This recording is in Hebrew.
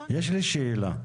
יש לי שאלה.